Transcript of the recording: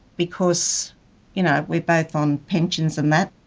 because you know we're both on pensions and that.